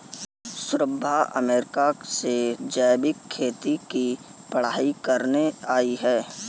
Shubhra America से जैविक खेती की पढ़ाई करके आई है